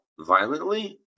violently